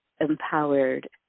empowered